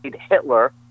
Hitler